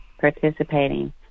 participating